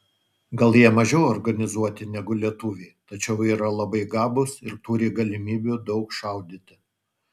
gal jie mažiau organizuoti negu lietuviai tačiau yra labai gabūs ir turi galimybių daug šaudyti